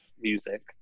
music